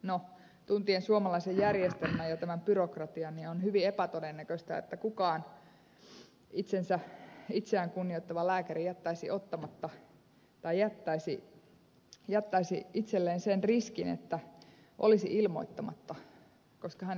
no tuntien suomalaisen järjestelmän ja tämän byrokratian on hyvin epätodennäköistä että kukaan itseään kunnioittava lääkäri jättäisi itselleen sen riskin että olisi ilmoittamatta koska hän